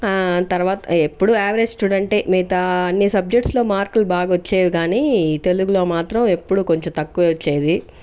ఆ తర్వాత ఎప్పుడూ ఆవరేజ్ స్టూడెంట్ ఏ మిగతా అన్ని సబ్జక్ట్స్ లో మార్కులు బాగా వచ్చేవి గానీ ఈ తెలుగులో మాత్రం ఎప్పుడూ కొంచెం తక్కువ వచ్చేది